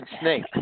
snake